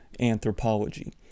anthropology